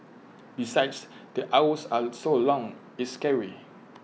besides the hours are so long it's scary